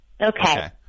Okay